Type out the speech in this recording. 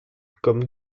comme